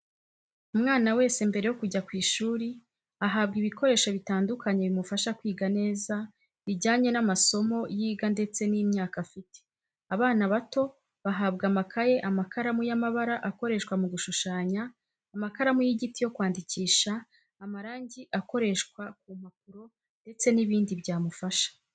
Umwana wese mbere yo kujya ku ishuri ahabwa ibikoresho bitandukanye bimufasha kwiga neza bijyanye n'amasome yiga ndetse n'imyaka afite, abana bato bahabwa amakaye, amakaramu y'amabara akoreshwa mu gushushanya, amakaramu y'igiti yo kwandikisha, amarangi akoreshwa ku mpapuro ndetse n'ibindi byamufasha.